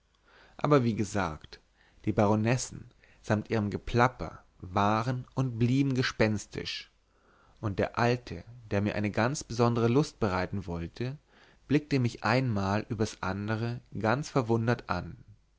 aber wie gesagt die baronessen samt ihrem geplapper waren und blieben gespenstisch und der alte der mir eine besondere lust bereiten wollte blickte mich ein mal übers andere ganz verwundert an